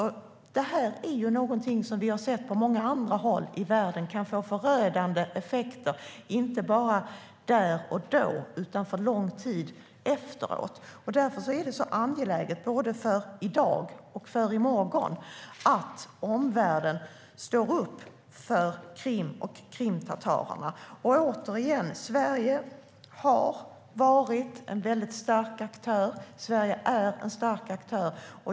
På många andra håll i världen har vi sett att det kan få förödande effekter, inte bara där och då utan under lång tid efteråt. Därför är det angeläget både för i dag och i morgon att omvärlden står upp för Krim och krimtatarerna. Sverige har varit och är en stark aktör.